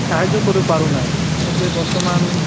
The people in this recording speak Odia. ସାହାଯ୍ୟ କରି ପାରୁନାହିଁ ଏବେ ବର୍ତ୍ତମାନ